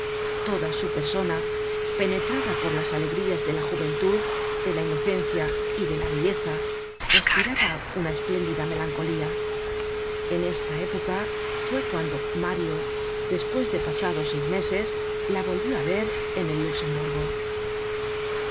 toda su persona penetrada por las alegrías de la juventud de la inocencia y de la belleza respiraba una espléndida melancolía en esta época fue cuando mario despues de pasados seis meses la volvió á ver en el luxemburgo